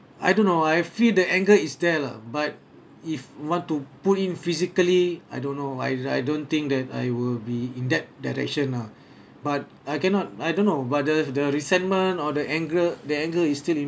I don't know I feel the anger is there lah but if want to put in physically I don't know I I don't think that I will be in that direction lah but I cannot I don't know but the the resentment or the anger the anger is still in